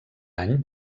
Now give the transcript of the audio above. any